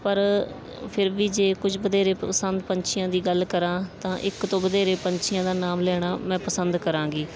ਪਰ ਫਿਰ ਵੀ ਜੇ ਕੁਝ ਵਧੇਰੇ ਪਸੰਦ ਪੰਛੀਆਂ ਦੀ ਗੱਲ ਕਰਾਂ ਤਾਂ ਇੱਕ ਤੋਂ ਵਧੇਰੇ ਪੰਛੀਆਂ ਦਾ ਨਾਮ ਲੈਣਾ ਮੈਂ ਪਸੰਦ ਕਰਾਂਗੀ